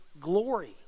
glory